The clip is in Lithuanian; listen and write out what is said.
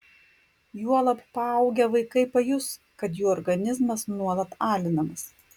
juolab paaugę vaikai pajus kad jų organizmas nuolat alinamas